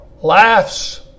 Laughs